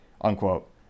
unquote